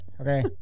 okay